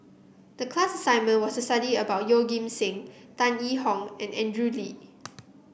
the class assignment was to study about Yeoh Ghim Seng Tan Yee Hong and Andrew Lee